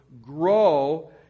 grow